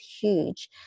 huge